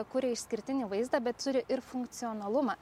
kuria išskirtinį vaizdą bet turi ir funkcionalumą